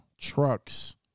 trucks